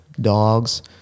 dogs